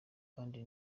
kandi